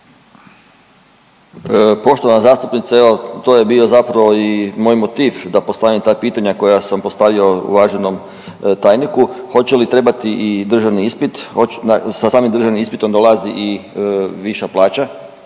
Poštovana zastupnice, evo to je bio zapravo i moj motiv da postavim ta pitanja koja sam postavio uvaženom tajniku, hoće li trebati i državni ispit, sa samim državnim ispitom dolazi i viša plaća